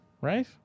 Right